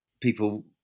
people